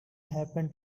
happen